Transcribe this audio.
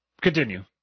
Continue